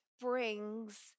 brings